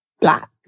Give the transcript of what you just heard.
Black